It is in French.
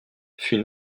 fut